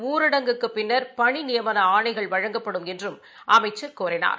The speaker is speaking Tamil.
ஊரடங்குக்குபின்னர் பணிநியமனஆணைகள் வழங்கப்படும் என்றும் அமைச்ச் கூறினார்